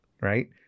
right